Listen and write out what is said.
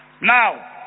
Now